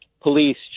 police